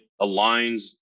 aligns